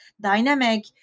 dynamic